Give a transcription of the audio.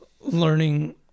learning